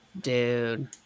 Dude